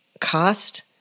cost